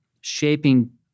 shaping